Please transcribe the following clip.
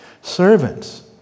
Servants